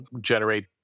generate